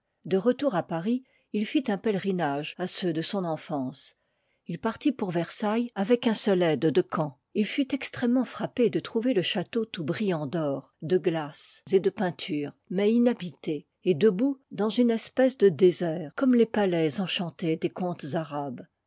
de retour à paris il fit un pèlerinage à ceux de son enfance il partit pour versailles avec un seul aide decamp il fut extrêmement frappé de trouver le château tout brillant d'or de glaces et de iv ean et debout dans h part une espèce de désert comme les palais en ichantés des